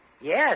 Yes